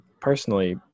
personally